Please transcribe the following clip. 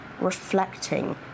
Reflecting